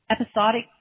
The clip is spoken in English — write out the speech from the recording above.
episodic